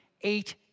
eight